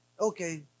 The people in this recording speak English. Okay